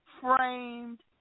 framed